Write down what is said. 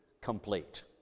complete